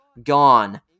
gone